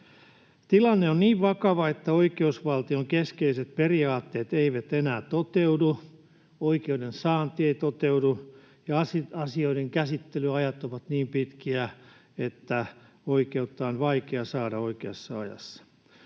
Tilanne on niin vakava, että oikeusvaltion keskeiset periaatteet eivät enää toteudu. Oikeuden saanti ei toteudu, ja asioiden käsittelyajat ovat niin pitkiä, että oikeutta on vaikea saada oikeassa ajassa.